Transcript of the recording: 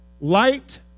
Light